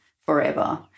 forever